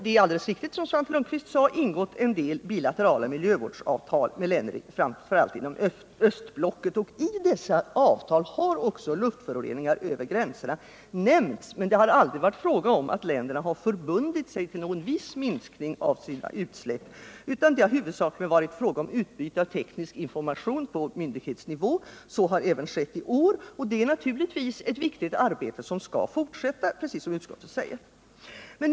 Det är alldeles riktigt som Svante Lundkvist sade att vi ingått en del bilaterala miljövårdsavtal, framför allt med länder inom östblocket. I dessa avtal har också luftföroreningarna över gränserna nämnts. Däremot har länderna aldrig förbundit sig till någon viss minskning av sina utsläpp, utan det har huvudsakligen varit fråga om utbyte av teknisk information på myndighetsnivå. Sådant utbyte har även skett i år. Det är naturligtvis ett viktigt arbete som skall fortsätta, precis som utskottet säger.